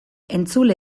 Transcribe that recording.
entzule